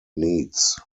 needs